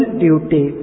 duty